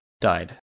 died